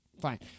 fine